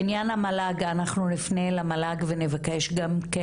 בעניין המל"ג אנחנו נפנה למל"ג ונבקש גם כן